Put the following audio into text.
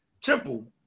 Temple